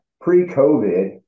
pre-COVID